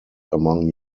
among